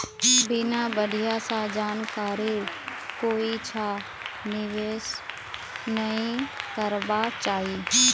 बिना बढ़िया स जानकारीर कोइछा निवेश नइ करबा चाई